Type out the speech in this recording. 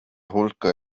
hulka